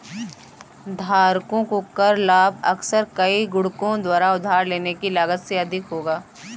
धारकों को कर लाभ अक्सर कई गुणकों द्वारा उधार लेने की लागत से अधिक होगा